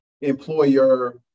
employer